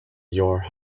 your